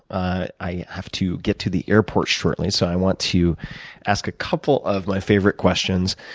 i have to get to the airport shortly, so i want to ask a couple of my favorite questions